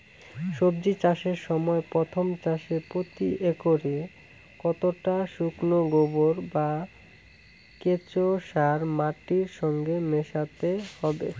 সবজি চাষের সময় প্রথম চাষে প্রতি একরে কতটা শুকনো গোবর বা কেঁচো সার মাটির সঙ্গে মেশাতে হবে?